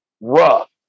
rough